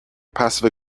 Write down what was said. passive